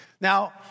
Now